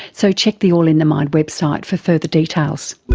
so check the all in the mind website for further details.